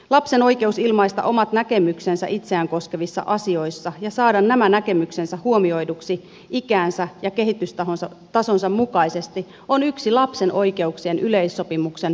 lapsen oikeus ilmaista omat näkemyksensä itseään koskevissa asioissa ja saada nämä näkemyksensä huomioiduiksi ikänsä ja kehitystasonsa mukaisesti on yksi lapsen oikeuksien yleissopimuksen perusperiaatteista